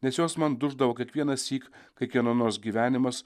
nes jos man duždavo kiekvienąsyk kai kieno nors gyvenimas